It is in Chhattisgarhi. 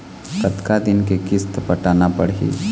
कतका दिन के किस्त पटाना पड़ही?